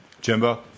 Jimbo